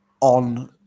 on